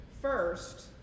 first